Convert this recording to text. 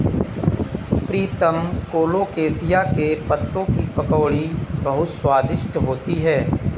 प्रीतम colocasia के पत्तों की पकौड़ी बहुत स्वादिष्ट होती है